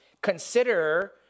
consider